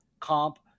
comp